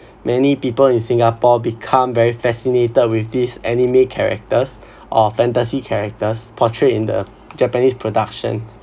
many people in singapore become very fascinated with these anime characters or fantasy characters portrayed in the japanese production